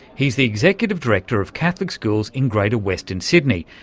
he's the executive director of catholic schools in greater western sydney,